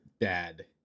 dad